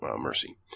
Mercy